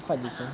看 lah